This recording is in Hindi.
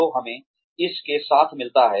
तो हमें इस के साथ मिलता है